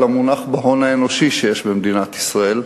אלא מונח בהון האנושי שיש במדינת ישראל.